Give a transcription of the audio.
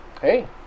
Hey